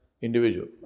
individual